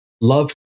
Love